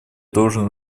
должен